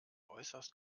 äußerst